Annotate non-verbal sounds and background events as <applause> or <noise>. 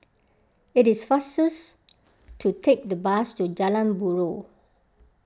it is faster <unintelligible> to take the bus to Jalan Buroh